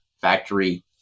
factory